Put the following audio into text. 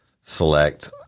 select